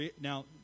Now